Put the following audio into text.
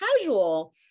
casual